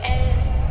end